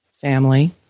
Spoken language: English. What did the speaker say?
family